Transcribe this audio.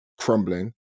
crumbling